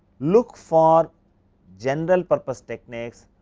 look for general purpose techniques,